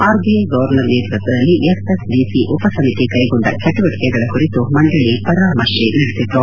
RBI governor ನೇತೃತ್ವದಲ್ಲಿ FSDC ಉಪ ಸಮಿತಿ ಕೈಗೊಂಡ ಚಟುವಟಿಕೆಗಳ ಕುರಿತು ಮಂಡಳಿ ಪರಾಮರ್ಶೆ ನಡೆಸಿತು